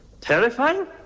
terrifying